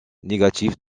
négatif